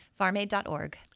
Farmaid.org